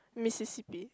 Mississippi